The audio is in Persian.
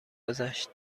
گذشت